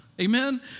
Amen